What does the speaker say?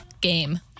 game